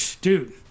dude